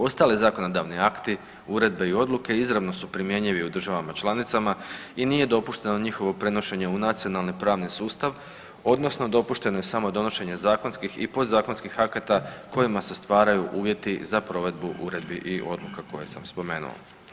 Ostali zakonodavni akti, uredbe i odluke izravno su primjenjivi u državama članicama i nije dopušteno njihovo prenošenje u nacionalni pravni sustav, odnosno dopušteno je samo donošenje zakonskih i podzakonskih akata kojima se stvaraju uvjeti za provedbu uredbi i odluka koje sam spomenuo.